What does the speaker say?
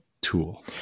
tool